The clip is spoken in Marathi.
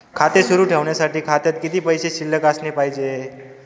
खाते सुरु ठेवण्यासाठी खात्यात किती पैसे शिल्लक असले पाहिजे?